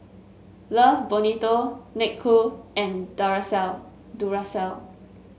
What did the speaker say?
Love Bonito Snek Ku and Duracell